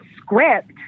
script